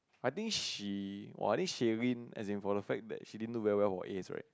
I think she !wah! I think she win as in for the fact that she didn't do well well for As right